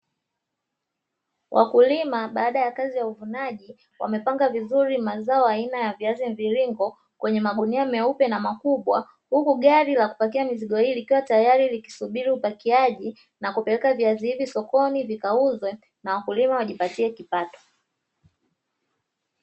Wakulima baada ya kazi ya uvunaji, wamepanga vizuri mazao aina ya viazi mviringo kwenye magunia meupe na makubwa, huku gari la kupakia mizigo hii likiwa tayari likisubiri upakiaji na kupeleka viazi hivi sokoni vikauzwe na wakulima wajipatie kipato.